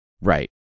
Right